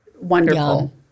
wonderful